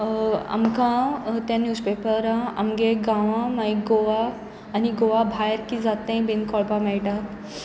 आमकां त्या न्यूजपेपरां आमगे गांवाां मागीर गोवा आनी गोवा भायर कितें जाता तेंय बीन कळपाक मेळटा